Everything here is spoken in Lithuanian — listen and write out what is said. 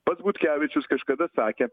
pats butkevičius kažkada sakė